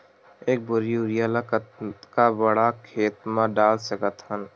एक बोरी यूरिया ल कतका बड़ा खेत म डाल सकत हन?